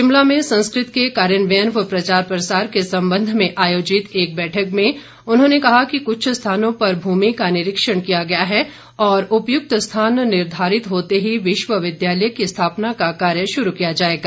शिमला में संस्कृत के कार्यान्वयन व प्रचार प्रसार के संबंध में आयोजित एक बैठक में उन्होंने कहा कि कुछ स्थानों पर भूमि का निरीक्षण किया गया है और उपयुक्त स्थान निर्धारित होते ही विश्वविद्यालय की स्थापना का कार्य शुरू किया जाएगा